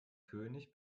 könig